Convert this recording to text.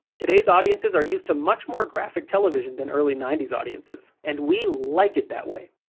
today's audiences are used to much more graphic television than early ninety s audiences, and we like it that way.